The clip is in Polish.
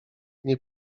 nie